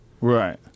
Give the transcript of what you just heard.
right